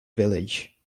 village